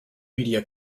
media